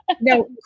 No